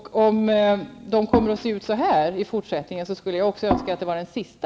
Om de kommer att se ut så här i fortsättningen, skulle jag önska att den också var den sista.